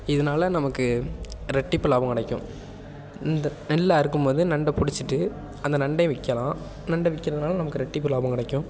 இதனால் நமக்கு ரெட்டிப்பு லாபம் கிடைக்கும் இந்த நெல்லை அறுக்கும் போது நண்டை பிடிச்சிட்டு அந்த நண்டை விற்கலாம் நண்டை விக்கிறதுனால ரெட்டிப்பு லாபம் கிடைக்கும்